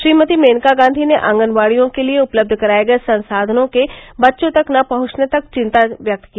श्रीमती मेनका गांधी ने आंगनवाड़ियों के लिए उपलब्ध कराए गए संसाधनों के बच्चों तक न पहंचने तक चिंता व्यक्त की